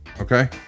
Okay